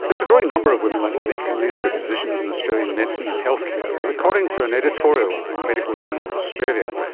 there is a growing number of women like monique in leadership positions in australian medicine and healthcare, but according to an editorial in the medical journal of australia,